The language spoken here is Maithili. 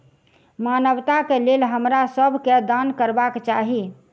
मानवता के लेल हमरा सब के दान करबाक चाही